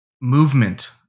movement